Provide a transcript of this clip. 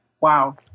wow